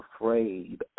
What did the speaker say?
afraid